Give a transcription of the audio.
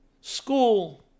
school